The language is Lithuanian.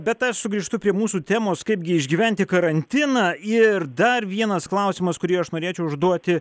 bet aš sugrįžtu prie mūsų temos kaipgi išgyventi karantiną ir dar vienas klausimas kurį aš norėčiau užduoti